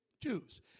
Jews